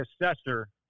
assessor